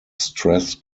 stress